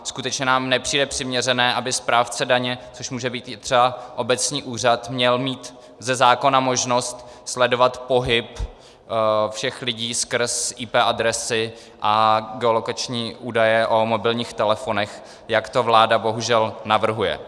Skutečně nám nepřijde přiměřené, aby správce daně, což může být i třeba obecní úřad, měl mít ze zákona možnost sledovat pohyb všech lidí skrz IP adresy a geolokační údaje o mobilních telefonech, jak to vláda bohužel navrhuje.